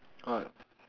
what